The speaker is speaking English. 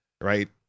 right